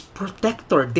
protector